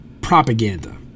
propaganda